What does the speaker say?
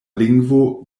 lingvo